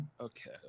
okay